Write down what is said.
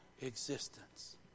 existence